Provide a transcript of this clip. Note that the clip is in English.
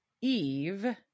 Eve